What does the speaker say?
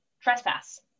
trespass